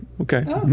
Okay